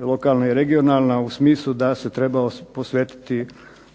lokalna i regionalna, u smislu da se treba posvetiti